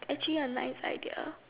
actually a nice idea